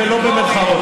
ולא במירכאות.